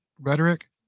rhetoric